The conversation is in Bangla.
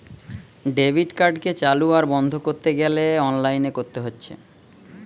ডেবিট কার্ডকে চালু আর বন্ধ কোরতে গ্যালে অনলাইনে কোরতে হচ্ছে